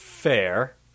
Fair